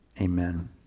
Amen